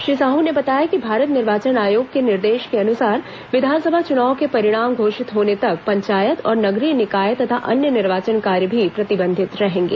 श्री साहू ने बताया कि भारत निर्वाचन आयोग के निर्देश के अनुसार विधानसभा चुनाव के परिणाम घोषित होने तक पंचायत और नगरीय निकाय तथा अन्य निर्वाचन कार्य भी प्रतिबंधित रहेंगे